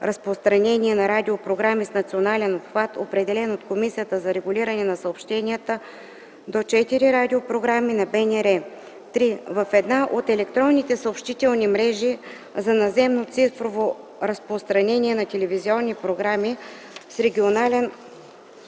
разпространение на радио програми с национален обхват, определен от Комисията за регулиране на съобщенията – до 4 радиопрограми на БНР; 3. в една от електронните съобщителни мрежи за наземно цифрово разпространение на телевизионни програми с регионален обхват